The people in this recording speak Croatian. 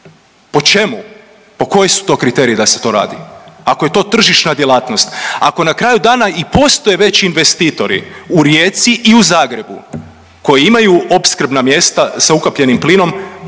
Po čemu? Koji su to kriteriji da se to radi? Ako je to tržišna djelatnost. Ako na kraju dana i postoje već investitori u Rijeci i u Zagrebu koji imaju opskrbna mjesta sa ukapljenim plinom.